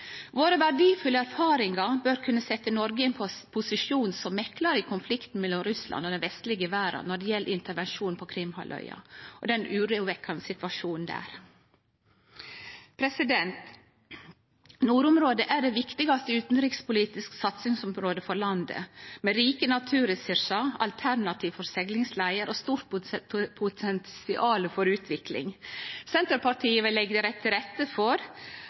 posisjon som meklar i konflikten mellom Russland og den vestlege verda når det gjelder intervensjon på Krim-halvøya og den urovekkjande situasjonen der. Nordområdet er det viktigaste utanrikspolitiske satsingsområdet for landet, med rike naturressursar, alternativ seglingslei og stort potensial for utvikling. Senterpartiet vil leggje til rette for